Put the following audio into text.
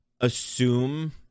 assume